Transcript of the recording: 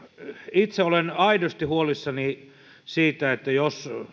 itse olen aidosti huolissani siitä jos